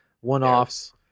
one-offs